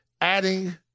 adding